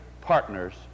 partners